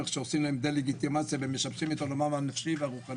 שעושים להם דה-לגיטימציה ומשבשים את עולמם הנפשי והרוחני.